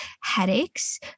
headaches